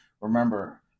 remember